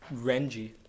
Renji